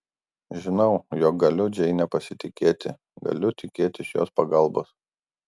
žinau jog galiu džeine pasitikėti galiu tikėtis jos pagalbos